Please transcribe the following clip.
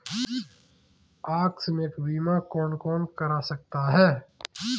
आकस्मिक बीमा कौन कौन करा सकता है?